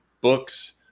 books